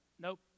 nope